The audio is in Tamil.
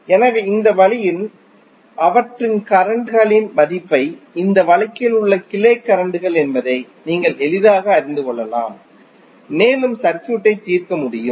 எனவே இந்த வழியில் அவற்றின் கரண்ட் களின் மதிப்பை இந்த வழக்கில் உள்ள கிளை கரண்ட் கள் என்பதை நீங்கள் எளிதாக அறிந்து கொள்ளலாம் மேலும் நீங்கள் சர்க்யூட் ஐ தீர்க்க முடியும்